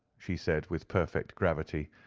she said, with perfect gravity,